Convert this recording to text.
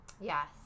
Yes